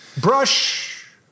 Brush